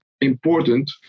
important